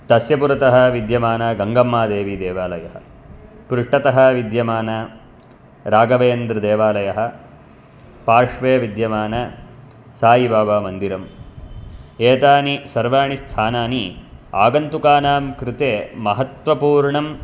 तस्य पुरतः विद्यमानः गङ्गम्मादेवीदेवालयः पृष्ठतः विद्यमानः राघवेन्द्रदेवालयः पार्श्वे विद्यमान सायिबाबामन्दिरम् एतानि सर्वाणि स्थानानि आगन्तुकानां कृते महत्त्वपूर्णं